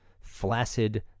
flaccid